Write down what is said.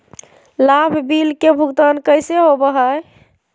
लाभ बिल के भुगतान कैसे होबो हैं?